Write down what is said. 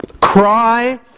Cry